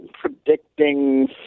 predicting